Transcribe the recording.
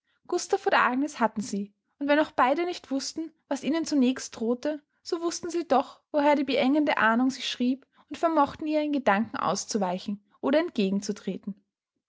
gustav und agnes hatten sie und wenn auch beide nicht wußten was ihnen zunächst drohte so wußten sie doch woher die beengende ahnung sich schrieb und vermochten ihr in gedanken auszuweichen oder entgegenzutreten